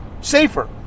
safer